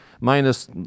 Minus